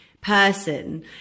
person